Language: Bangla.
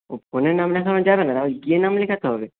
ও ফোনে নাম লেখানো যাবে না গিয়ে নাম লেখাতে হবে